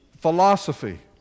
Philosophy